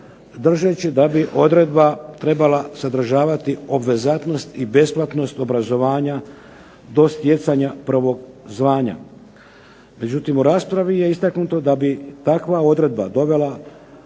držeći da bi odredba trebala sadržavati obvezatnost i besplatnost obrazovanja do stjecanja prvog zvanja. Međutim, u raspravi je istaknuto da bi takva odredba dovela